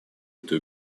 этой